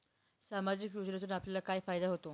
सामाजिक योजनेतून आपल्याला काय फायदा होतो?